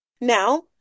Now